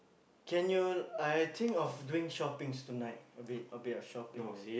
can you I think of doing shopping tonight a bit a bit of shoppings